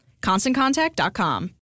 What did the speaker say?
ConstantContact.com